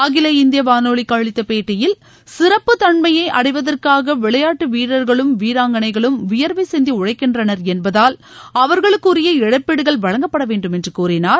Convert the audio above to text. அகில இந்திய வானொலிக்கு அளித்த பேட்டியில் சிறப்பு தன்மையை அடைவதற்காக விளையாட்டு வீரர்களும் விராங்கனைகளும் வியர்வை சிந்தி உழைக்கின்றனர் என்பதால் அவர்களுக்குரிய இழப்பீடுகள் வழங்கப்படவேண்டும் என்று கூறினார்